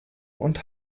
und